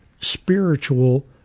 spiritual